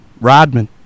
Rodman